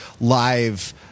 live